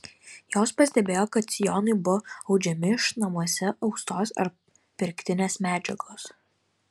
jos pastebėjo kad sijonai buvo audžiami iš namuose austos ar pirktinės medžiagos